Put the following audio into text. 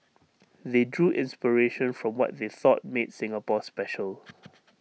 they drew inspiration from what they thought made Singapore special